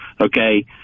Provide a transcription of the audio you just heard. okay